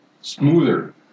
smoother